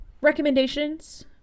Recommendations